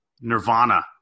Nirvana